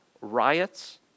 riots